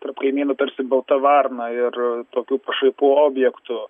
tarp kaimynų tarsi balta varna ir tokių pašaipų objektu